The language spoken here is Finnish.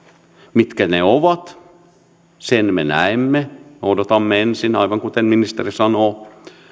mitkä ne ovat sen me näemme me odotamme ensin aivan kuten ministeri sanoo